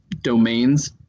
domains